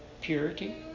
Purity